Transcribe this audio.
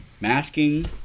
Masking